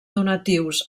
donatius